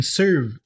serve